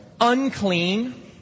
Unclean